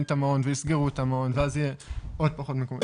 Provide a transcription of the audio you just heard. את המעון ויסגרו אותו ויהיו עוד פחות מקומות.